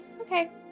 okay